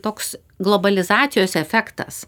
toks globalizacijos efektas